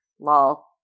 Lol